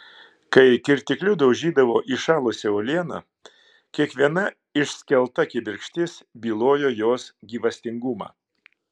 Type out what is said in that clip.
kai kirtikliu daužydavo įšalusią uolieną kiekviena išskelta kibirkštis bylojo jos gyvastingumą